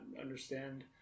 understand